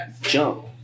jump